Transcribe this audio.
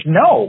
no